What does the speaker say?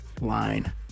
line